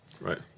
Right